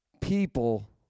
people